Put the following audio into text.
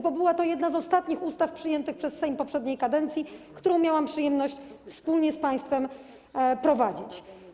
Była to jedna z ostatnich ustaw przyjętych przez Sejm poprzedniej kadencji, którą miałam przyjemność wspólnie z państwem prowadzić.